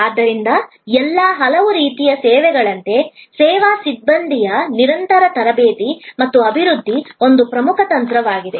ಆದ್ದರಿಂದ ಇತರ ಹಲವು ರೀತಿಯ ಸೇವೆಗಳಂತೆ ಸೇವಾ ಸಿಬ್ಬಂದಿಯ ನಿರಂತರ ತರಬೇತಿ ಮತ್ತು ಅಭಿವೃದ್ಧಿ ಒಂದು ಪ್ರಮುಖ ತಂತ್ರವಾಗಿದೆ